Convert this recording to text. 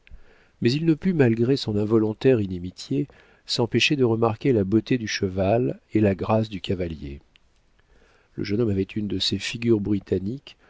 mais il ne put malgré son involontaire inimitié s'empêcher de remarquer la beauté du cheval et la grâce du cavalier le jeune homme avait une de ces figures britanniques